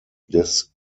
des